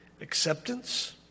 acceptance